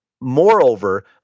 Moreover